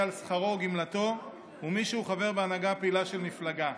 על שכרו או גמלתו ומי שהוא חבר בהנהגה הפעילה של מפלגה.